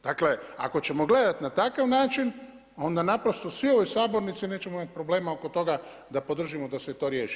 Dakle, ako ćemo gledati na takav način, onda naprosto svi u ovoj sabornici nećemo imati problema oko tog da podržimo da se to riješi.